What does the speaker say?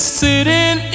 sitting